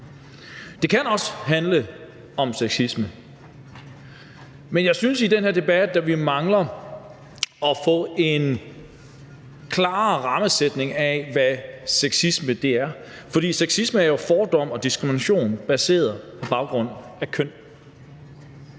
Det kan også handle om sexisme, men jeg synes, at vi i den her debat mangler at få en klarere rammesætning af, hvad sexisme er. For sexisme er jo fordom og diskrimination baseret på køn.